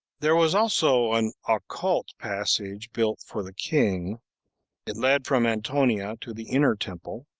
there was also an occult passage built for the king it led from antonia to the inner temple,